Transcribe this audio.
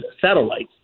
satellites